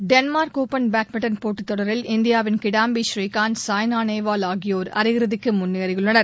Denmark open badminton போட்டி தொடரில் இந்தியாவின் கிடாம்பி ஸ்ரீகாந்த சாய்னா நேவால் ஆகியோர் அரை இறுதிக்கு முன்னேறியுள்ளனர்